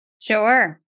Sure